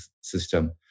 system